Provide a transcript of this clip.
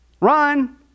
Run